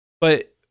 but-